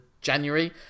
january